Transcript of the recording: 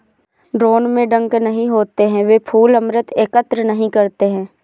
drone में डंक नहीं होते हैं, वे फूल अमृत एकत्र नहीं करते हैं